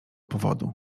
powodu